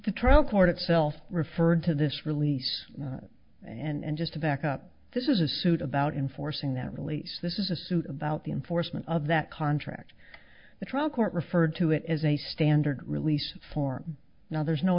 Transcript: the trial court itself referred to this release and just to back up this is a suit about enforcing that release this is a suit about the enforcement of that contract the trial court referred to it as a standard release form now there's no